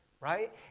Right